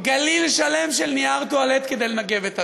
גליל שלם של נייר טואלט כדי לנגב את הדמעות.